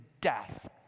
death